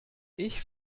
ich